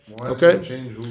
Okay